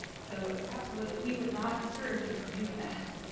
so absolutely. we would not discourage you from doing that.